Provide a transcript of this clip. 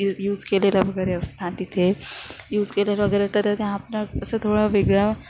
you use केलेलं वगैरे असतात तिथे यूज केलेलं वगैरे असतात तर ते आपलं असं थोडं वेगळा